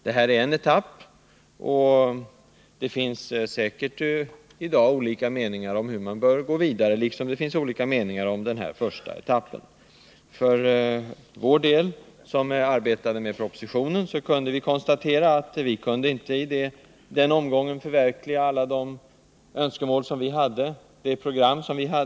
Det här är ett steg, och det finns i dag olika meningar om hur man bör gå vidare, liksom det finns olika meningar om denna första etapp. Vi som har arbetat med propositionen kunde för vår del konstatera, att vi inte i den här omgången kunde förverkliga alla våra önskemål och hela vårt program.